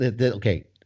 okay